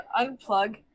unplug